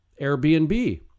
Airbnb